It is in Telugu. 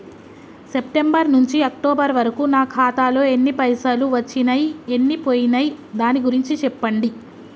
సెప్టెంబర్ నుంచి అక్టోబర్ వరకు నా ఖాతాలో ఎన్ని పైసలు వచ్చినయ్ ఎన్ని పోయినయ్ దాని గురించి చెప్పండి?